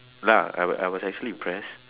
lah I I was actually impressed